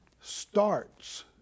starts